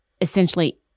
essentially